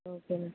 okay ma'am